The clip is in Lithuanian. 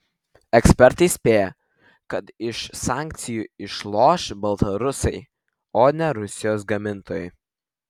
ekspertai spėja kad iš sankcijų išloš baltarusiai o ne rusijos gamintojai